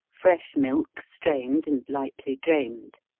fresh milk strained and lightly drained.